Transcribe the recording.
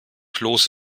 kloß